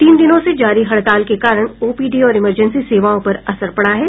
तीन दिनों से जारी हड़ताल के कारण ओपीडी और इमरजेंसी सेवाओं पर असर पड़ा है